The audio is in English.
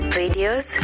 videos